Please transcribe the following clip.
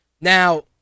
Now